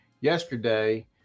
yesterday